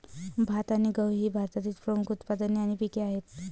भात आणि गहू ही भारतातील प्रमुख उत्पादने आणि पिके आहेत